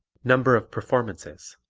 number of performances